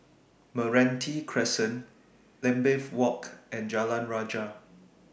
Meranti Crescent Lambeth Walk and Jalan Rajah